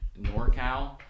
NorCal